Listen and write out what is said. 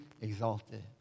exalted